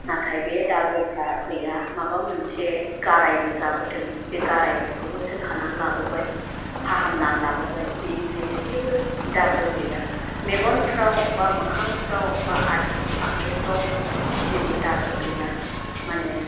नाथाय बे दागोफ्रा गैया माबा मोनसे गारायबो जाबोदों बे गारायफोरखौबो सोखानानै लाबोबाय फाहामनानै लाबोबाय बिनिखायनो जेबो दागो गैया मेगनफ्राव बा मोखांफ्राव बा आथिं आखायफ्राव जेबो दागो गैया माने